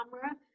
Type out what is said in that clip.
camera